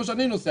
כמו שאני נוסע,